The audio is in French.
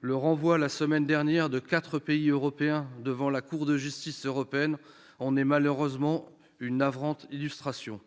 Le renvoi, la semaine dernière, de quatre pays européens devant la Cour de justice de l'Union européenne en est malheureusement une navrante illustration.